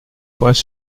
poings